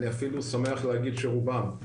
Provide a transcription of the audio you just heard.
אני אפילו שמח להגיד שרובן,